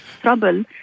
trouble